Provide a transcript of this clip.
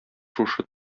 шушы